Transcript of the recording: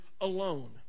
alone